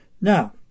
Now